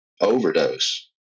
overdose